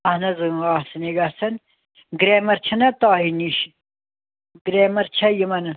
اہن حظ ٲں آسٕنۍ ہے گژھَن گرٛیمَر چھِنَہ تۄہہِ نِش گرٛیمَر چھا یِمَن